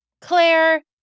Claire